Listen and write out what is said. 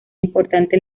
importante